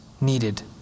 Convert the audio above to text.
needed